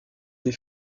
des